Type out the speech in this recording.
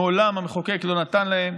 מעולם המחוקק לא נתן להן,